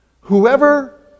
Whoever